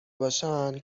باشن